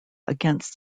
against